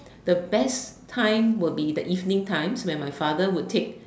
the best time would be the evening times where my father would take